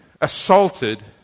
assaulted